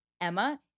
Emma